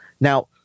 Now